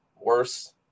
worse